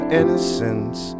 innocence